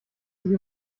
sich